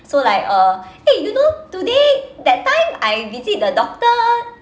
so like uh eh you know today that time I visit the doctor